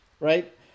right